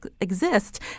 exist